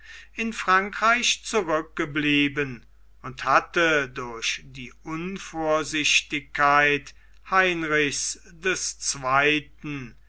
in frankreich zurückgeblieben und hatte durch die unvorsichtigkeit heinrichs des zweiten